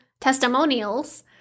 testimonials